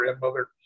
grandmother